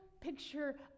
picture